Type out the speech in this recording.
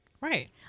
Right